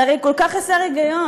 זה הרי כל כך חסר היגיון.